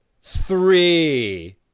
three